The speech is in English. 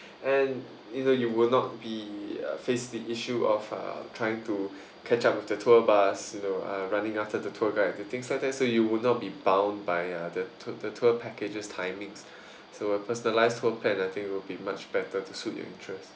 and you know you will not be face the issue of uh trying to catch up with the tour bus you know uh running after the tour guide the things like that so you will not be bound by uh the tour packages timings so a personalized work plan I think will be much better to suit your interest